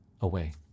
away